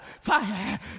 fire